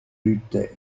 luttaient